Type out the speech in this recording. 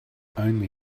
only